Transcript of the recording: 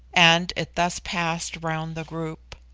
and it thus passed round the group.